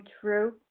true